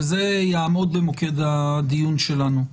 וזה יעמוד במוקד הדיון שלנו,